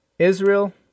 Israel